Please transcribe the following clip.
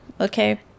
Okay